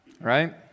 right